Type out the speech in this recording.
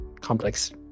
complex